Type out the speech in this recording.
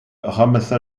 ramassa